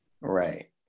right